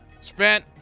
Spent